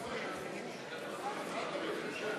הכנסת,